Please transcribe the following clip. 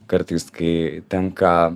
kartais kai tenka